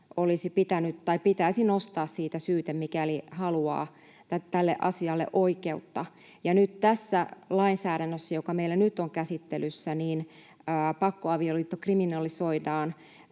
pitäisi nostaa siitä syyte, mikäli haluaa tälle asialle oikeutta. Nyt tässä lainsäädännössä, joka meillä nyt on käsittelyssä, pakkoavioliitto kriminalisoidaan